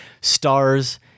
stars